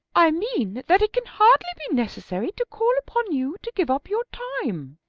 i mean that it can hardly be necessary to call upon you to give up your time.